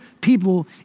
people